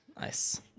Nice